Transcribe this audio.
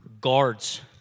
Guards